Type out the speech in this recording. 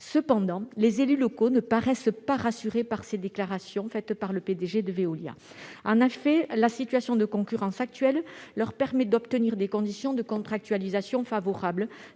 Pourtant, les élus locaux ne paraissent pas rassurés par les déclarations du président-directeur général de Veolia. En effet, la situation de concurrence actuelle leur permet d'obtenir des conditions de contractualisation favorables.